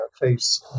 face